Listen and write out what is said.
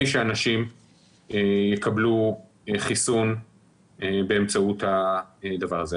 שאנשים יקבלו חיסון באמצעות הדבר הזה.